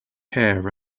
hair